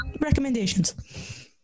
recommendations